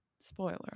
Spoiler